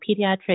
pediatric